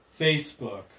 Facebook